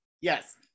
Yes